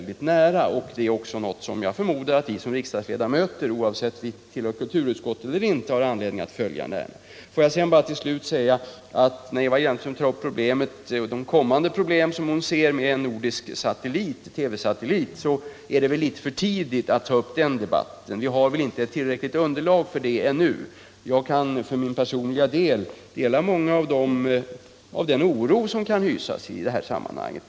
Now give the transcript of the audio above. Det är något som vi riksdagsledamöter, oavsett om vi är medlemmar i kulturutskottet eller inte, har anledning att närmare uppmärksamma. Med anledning av Eva Hjelmströms uttalanden om en nordisk satellit skulle jag till slut vilja säga att det är litet för tidigt att ta en debatt om den saken. Vi har inte ett tillräckligt underlag för detta ännu. Jag kan dela den oro som många hyser i det här sammanhanget.